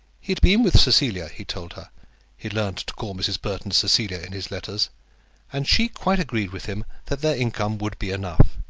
he had been with cecilia, he told her he learned to call mrs. burton cecilia in his letters and she quite agreed with him that their income would be enough.